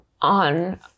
on